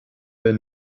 der